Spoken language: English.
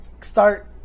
start